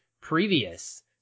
previous